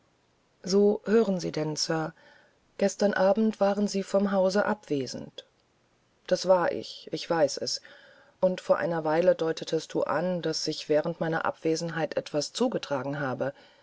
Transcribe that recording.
so hören sie denn sir gestern abend waren sie vom hause abwesend das war ich ich weiß es und vor einer weile deutetest du an daß sich während meiner abwesenheit etwas zugetragen habe